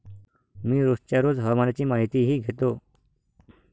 मी रोजच्या रोज हवामानाची माहितीही घेतो